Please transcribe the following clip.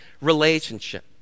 relationship